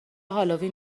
هالوین